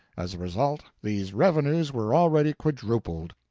as a result, these revenues were already quadrupled,